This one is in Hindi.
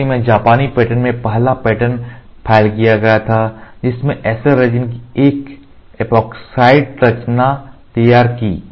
1988 में जापानी पेटेंट में पहला पैटर्न फाइल किया गया था जिसने SL रेजिन की एक एपॉक्साइड रचना तैयार की